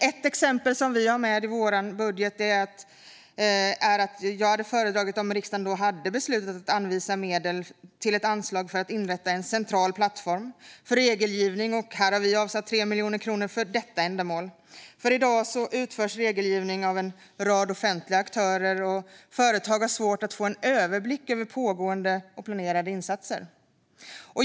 Ett exempel vi har med i vår budget, och som jag hade föredragit att riksdagen hade beslutat att anvisa medel till, är ett anslag för att inrätta en central plattform för regelgivning. Här har vi avsatt 3 miljoner kronor för detta ändamål. I dag utförs regelgivning av en rad offentliga aktörer, och företag har svårt att få en överblick över pågående och planerade insatser.